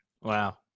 Wow